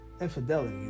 infidelity